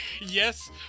yes